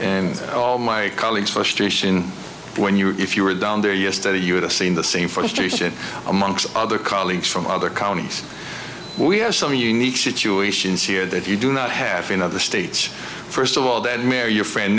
oh my colleagues frustration when you if you were down there yesterday you would have seen the same frustration among other colleagues from other counties we have some unique situations here that you do not have in other states first of all that mare your friend